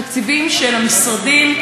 התקציבים של המשרדים,